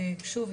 שוב,